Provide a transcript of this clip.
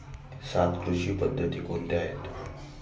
सात कृषी पद्धती कोणत्या आहेत?